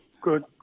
Good